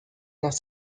nach